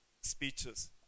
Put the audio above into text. speeches